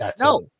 No